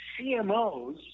CMOs